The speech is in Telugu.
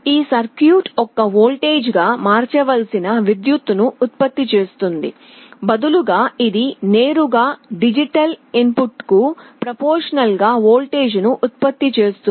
ఈ సర్క్యూట్ ఒక వోల్టేజ్ గా మార్చవలసిన విద్యుత్తును ఉత్పత్తి చేస్తుంది బదులుగా ఇది నేరుగా డిజిటల్ ఇన్పుట్కు ప్రొఫార్మాషనల్ గా వోల్టేజ్ను ఉత్పత్తి చేస్తుంది